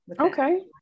Okay